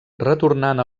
retornant